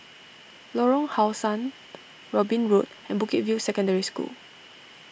Lorong How Sun Robin Road and Bukit View Secondary School